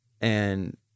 and-